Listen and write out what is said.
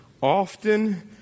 often